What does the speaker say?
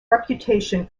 reputation